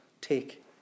take